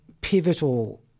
pivotal